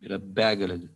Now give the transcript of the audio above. yra begalė